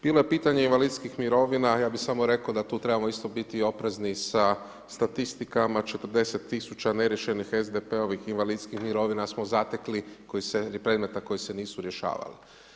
Bilo je pitanje invalidskih mirovina, ja bi samo rekao da tu trebamo isto biti oprezni sa statistikama, 40000 neriješenih SDP-ovih invalidskih mirovina smo zatekli, predmeta koji se nisu rješavali.